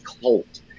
cult